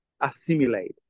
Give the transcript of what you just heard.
assimilate